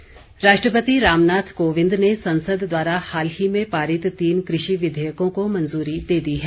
मंजूरी राष्ट्रपति रामनाथ कोविंद ने संसद द्वारा हाल ही में पारित तीन कृषि विधेयकों को मंजूरी दे दी है